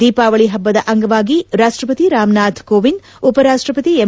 ದೀಪಾವಳಿ ಹಬ್ಬದ ಅಂಗವಾಗಿ ರಾಷ್ಟಪತಿ ರಾಮನಾಥ್ ಕೋವಿಂದ್ ಉಪರಾಷ್ಷಪತಿ ಎಂ